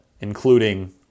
including